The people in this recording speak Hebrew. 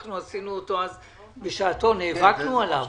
את המדד החברתי עשינו בשעתו ונאבקנו עליו.